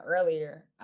earlier